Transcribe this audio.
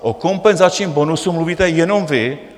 O kompenzačním bonusu mluvíte jenom vy.